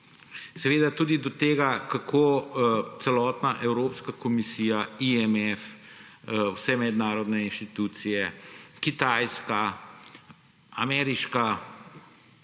Seveda tudi o tem, kako celotna Evropska komisija, IMF, vse mednarodne inštitucije, Kitajska, Ameriška